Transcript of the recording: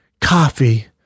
coffee